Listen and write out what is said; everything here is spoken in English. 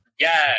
Yes